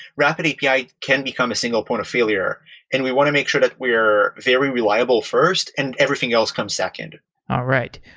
rapidapi ah can become a single point of failure and we want to make sure that we're very reliable first and everything else comes second. all right.